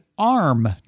ARM